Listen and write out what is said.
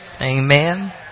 Amen